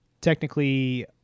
Technically